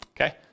Okay